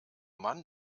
mann